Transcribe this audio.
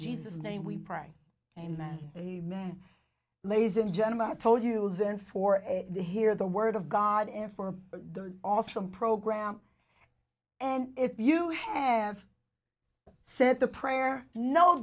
jesus name we pray and ladies and gentlemen i told you and for the hear the word of god and for the awesome program and if you have said the prayer kno